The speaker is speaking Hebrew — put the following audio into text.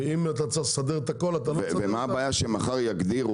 ואם אתה צריך לסדר את הכול --- ומה הבעיה שמחר יוציאו